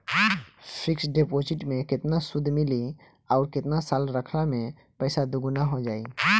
Fix deposit मे केतना सूद मिली आउर केतना साल रखला मे पैसा दोगुना हो जायी?